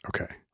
Okay